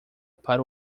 para